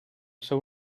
seu